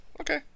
okay